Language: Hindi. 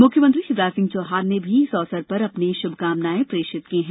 मुख्यमंत्री शिवराज सिंह चौहान ने भी इस अवसर पर अपनी शुभकामनाएं प्रेषित की हैं